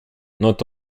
not